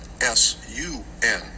S-U-N